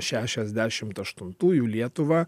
šešiasdešimt aštuntųjų lietuvą